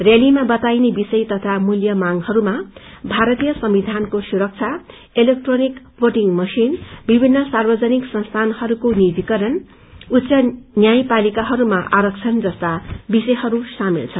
रयालीमा बताइने विषय तथा मूल्य मागइस्मा भारतीय संविधानको सुरक्षा इलेक्ट्रोनिक भोटिंग मशिन विभित्र सार्वजनिक संस्थानहस्को निजीकरण उच्च न्यायपालिकाहरूमा आरक्षण जस्ता विषयहरू सामेत छन्